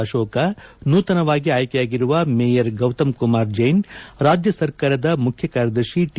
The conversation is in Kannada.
ಅಶೋಕ ನೂತನವಾಗಿ ಆಯ್ಕೆಯಾಗಿರುವ ಮೇಯರ್ ಗೌತಮ್ ಕುಮಾರ್ ಜೈನ್ ರಾಜ್ಯ ಸರ್ಕಾರದ ಮುಖ್ಯ ಕಾರ್ಯದರ್ಶಿ ಟಿ